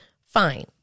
fine